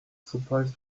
surprise